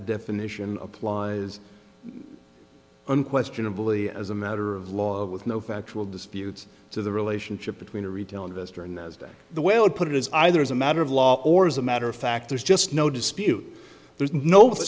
definition applies unquestionably as a matter of law with no factual disputes to the relationship between a retail investor in those days the way i would put it is either as a matter of law or as a matter of fact there's just no dispute there's no